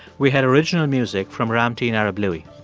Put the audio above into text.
we had original music from ramtin arablouei.